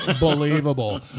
believable